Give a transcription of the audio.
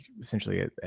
essentially